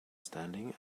standing